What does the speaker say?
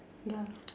ya